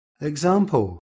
Example